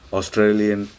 Australian